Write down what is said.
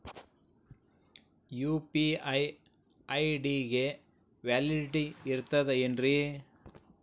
UPI ID ಗೆ validity ಇರತದ ಏನ್ರಿ?